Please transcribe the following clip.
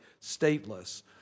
stateless